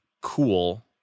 cool